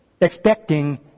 expecting